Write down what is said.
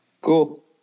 Cool